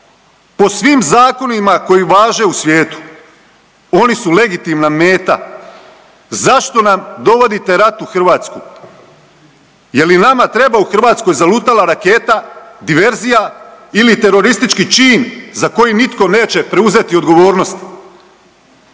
po svim zakonima koji važe u svijetu oni su legitimna meta? Zašto nam dovodite rat u Hrvatsku? Je li nama treba u Hrvatskoj zalutala raketa, diverzija ili teroristički čin za koji nitko neće preuzeti odgovornost?